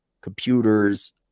computers